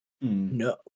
No